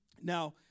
Now